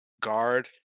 guard